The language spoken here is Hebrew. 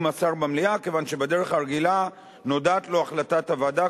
השר במליאה מכיוון שבדרך הרגילה נודעת החלטת הוועדה,